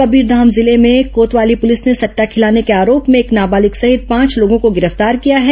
कबीरधाम जिले में कोतवाली पुलिस ने सट्टा खिलाने के आरोप में एक नाबालिग सहित पांच लोगों को गिरफ्तार किया है